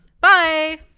Bye